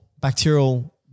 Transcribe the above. bacterial